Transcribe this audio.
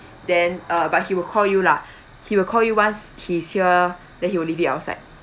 then uh but he will call you lah he will call you once he's here then he will leave it outside